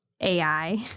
ai